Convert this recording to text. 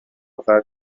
قطع